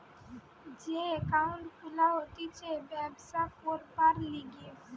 যে একাউন্ট খুলা হতিছে ব্যবসা করবার লিগে